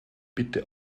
bitte